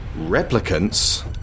replicants